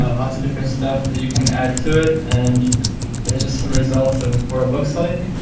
of different stuff that you can add to it and here's just some results of what it looks like.